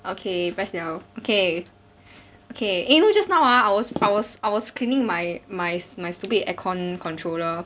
okay press liao okay okay eh you know just now ah I was I was I was cleaning my my my stu~ stupid aircon controller